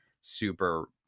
super